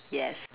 yes